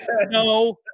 No